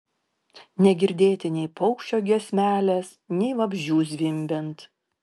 negirdėti nei paukščio giesmelės nei vabzdžių zvimbiant